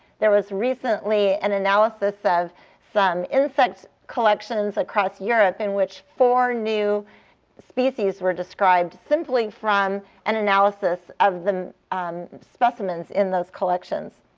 there was recently an analysis of some insect collections across europe in which four new species were described, simply from an analysis of the specimens in those collections.